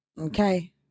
okay